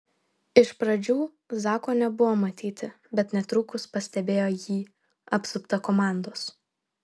iš pradžių zako nebuvo matyti bet netrukus pastebėjo jį apsuptą komandos